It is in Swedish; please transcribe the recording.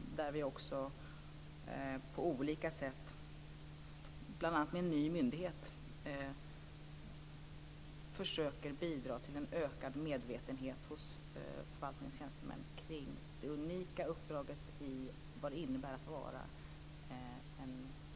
Vi försöker också på olika sätt, bl.a. med en ny myndighet, bidra till en ökad medvetenhet hos förvaltningstjänstemän kring det unika som det innebär att vara en